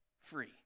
free